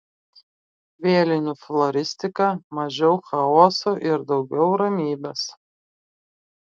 vėlinių floristika mažiau chaoso ir daugiau ramybės